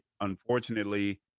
Unfortunately